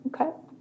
Okay